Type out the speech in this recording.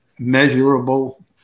measurable